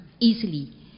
easily